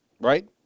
right